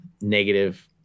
negative